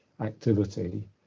activity